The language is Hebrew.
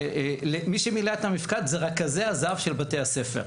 מי שמילא את המפקד זה רכזי הזהב של בתי הספר.